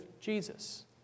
Jesus